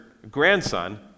grandson